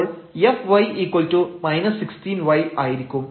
അപ്പോൾ fy 16y ആയിരിക്കും